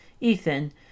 Ethan